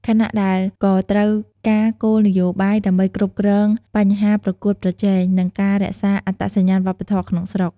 ខណៈដែលក៏ត្រូវការគោលនយោបាយដើម្បីគ្រប់គ្រងបញ្ហាប្រកួតប្រជែង និងការរក្សាអត្តសញ្ញាណវប្បធម៌ក្នុងស្រុក។